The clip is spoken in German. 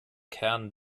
kern